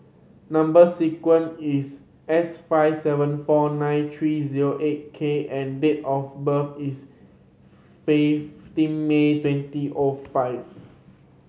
number sequence is S five seven four nine three zero eight K and date of birth is fifteen May twenty of five